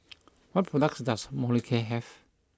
what products does Molicare have